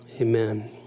Amen